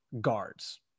guards